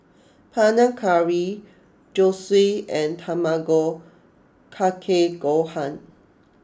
Panang Curry Zosui and Tamago Kake Gohan